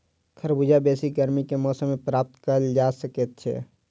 खरबूजा बेसी गर्मी के मौसम मे प्राप्त कयल जा सकैत छै